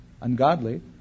ungodly